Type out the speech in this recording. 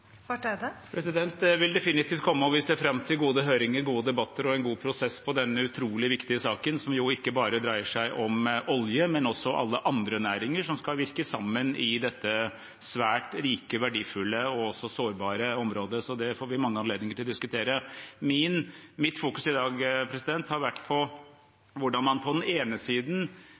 og vi ser fram til gode høringer, gode debatter og en god prosess i denne utrolig viktige saken, som jo ikke bare dreier seg om olje, men også alle andre næringer som skal virke sammen i dette svært rike, verdifulle og også sårbare området. Så det får vi mange anledninger til å diskutere. Mitt fokus i dag har vært på hvordan man på den ene siden